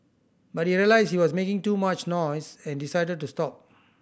but he realised he was making too much noise and decided to stop